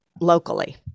Locally